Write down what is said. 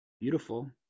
beautiful